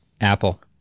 Apple